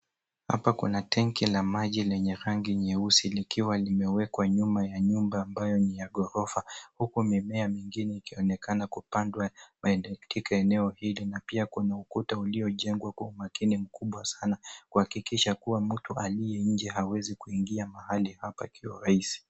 Hapa kuna tenki la maji lenye rangi nyeusi likiwa limewekwa nyuma ya nyumba ambayo ni ya ghorofa huku mimea mingine ikionekana kupandwa katika eneo hili na pia kuna ukuta uliojengwa kwa umakini mkubwa sana kuhakikisha kuwa mtu aliye nje hawezi kuingia mahali hapa kwa urahisi.